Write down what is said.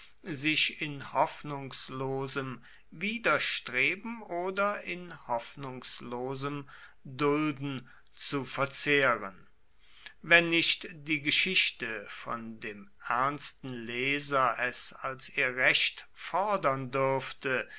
sich in hoffnungslosem widerstreben oder in hoffnungslosem dulden zu verzehren wenn nicht die geschichte von dem ernsten leser es als ihr recht fordern dürfte